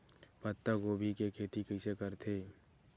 पत्तागोभी के खेती कइसे करथे?